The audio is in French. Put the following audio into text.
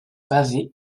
pavé